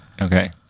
Okay